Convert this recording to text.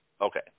okay